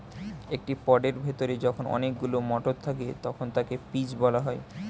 একটি পডের ভেতরে যখন অনেকগুলো মটর থাকে তখন তাকে পিজ বলা হয়